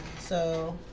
so